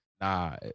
nah